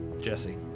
Jesse